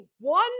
one